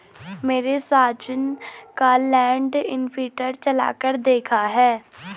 मैने साजन का land imprinter चलाकर देखा है